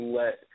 let